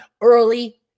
early